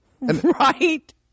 right